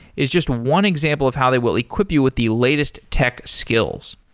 is just one example of how they will equip you with the latest tech skills.